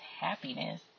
happiness